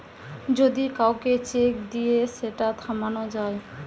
যদি কাউকে চেক দিয়ে সেটা থামানো যায়